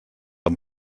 amb